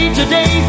today